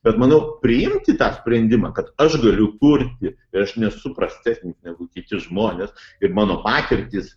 bet manau priimti tą sprendimą kad aš galiu kurti ir aš nesu prastesnis negu kiti žmonės ir mano patirtys